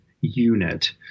Unit